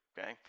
okay